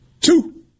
Two